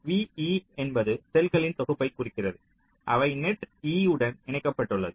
Ve என்பது செல்களின் தொகுப்பைக் குறிக்கிறது அவை நெட் E உடன் இணைக்கப்பட்டுள்ளது